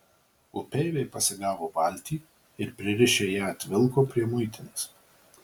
upeiviai pasigavo valtį ir pririšę ją atvilko prie muitinės